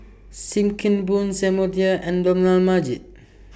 SIM Kee Boon Samuel Dyer and Dollah Majid